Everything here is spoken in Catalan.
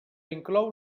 inclou